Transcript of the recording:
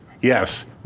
Yes